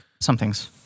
Something's